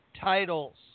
titles